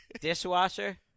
Dishwasher